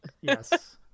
Yes